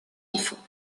enfants